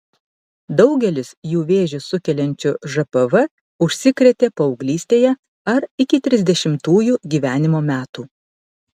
daugelis jų vėžį sukeliančiu žpv užsikrėtė paauglystėje ar iki trisdešimtųjų gyvenimo metų